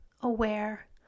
aware